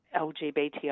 LGBTI